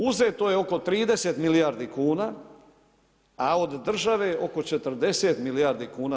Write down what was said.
Uzeto je oko 30 milijardi kuna, a od države oko 40 milijardi kuna.